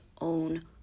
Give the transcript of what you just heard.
own